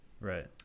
right